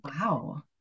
Wow